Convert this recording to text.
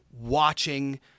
watching